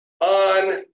on